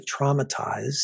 traumatized